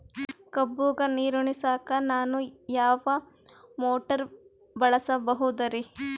ಕಬ್ಬುಗ ನೀರುಣಿಸಲಕ ನಾನು ಯಾವ ಮೋಟಾರ್ ಬಳಸಬಹುದರಿ?